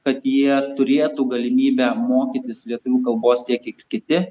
kad jie turėtų galimybę mokytis lietuvių kalbos tiek kiek ir kiti